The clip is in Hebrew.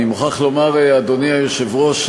אני מוכרח לומר, אדוני היושב-ראש,